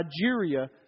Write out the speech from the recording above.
Nigeria